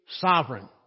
sovereign